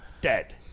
Dead